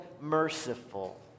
merciful